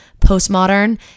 postmodern